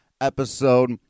episode